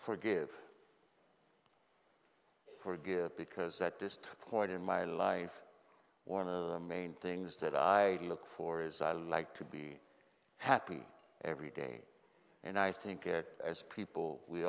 forgive forgive because at this point in my life one of the main things that i look for is i like to be happy every day and i think it as people we